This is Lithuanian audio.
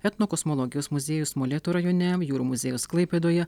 etnokosmologijos muziejus molėtų rajone jūrų muziejus klaipėdoje